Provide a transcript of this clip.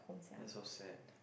that's so sad